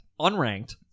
unranked